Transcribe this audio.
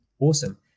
awesome